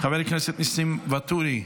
חבר הכנסת ניסים ואטורי,